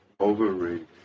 Overrated